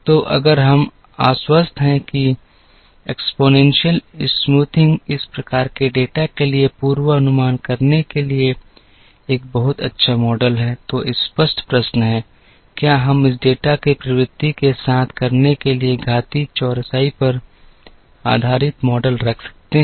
तो अगर हम आश्वस्त हैं कि घातीय चौरसाई इस प्रकार के डेटा के लिए पूर्वानुमान करने के लिए एक बहुत अच्छा मॉडल है तो स्पष्ट प्रश्न है क्या हम इस डेटा को प्रवृत्ति के साथ करने के लिए घातीय चौरसाई पर आधारित मॉडल रख सकते हैं